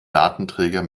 datenträger